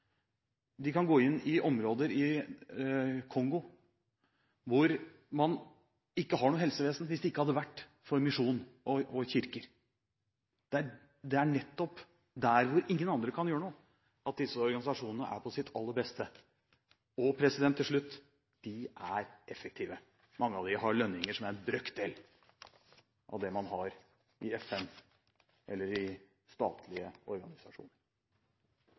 De kan gå inn i områder i Kongo hvor man ikke har noe helsevesen, hvis det ikke hadde vært for misjon og kirker. Det er nettopp der hvor ingen andre kan gjøre noe, at disse organisasjonene er på sitt aller beste. Og – de er effektive! Mange av dem har lønninger som er en brøkdel av det man har i FN eller i statlige organisasjoner.